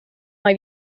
mai